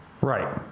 Right